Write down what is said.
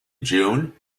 june